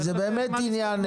כי זה באמת עניין